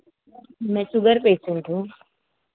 मैं sugar patient हूँ